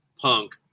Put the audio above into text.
Punk